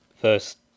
first